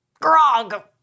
Grog